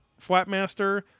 Flatmaster